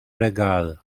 regal